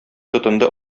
тотынды